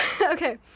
Okay